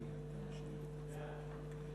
העדפת טובין ותאגידים בעלי תו תקן ירוק),